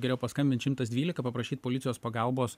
geriau paskambint šimtas dvylika paprašyt policijos pagalbos